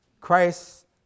Christ